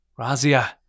Razia